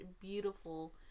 beautiful